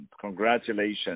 congratulations